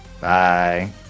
Bye